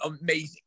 amazing